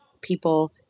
people